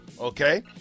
Okay